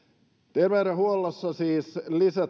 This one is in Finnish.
terveydenhuollossa siis